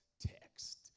text